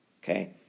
Okay